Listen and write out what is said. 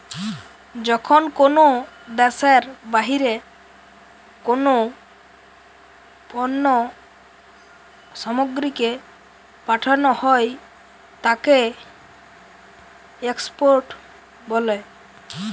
যখন কোনো দ্যাশের বাহিরে কোনো পণ্য সামগ্রীকে পাঠানো হই তাকে এক্সপোর্ট বলে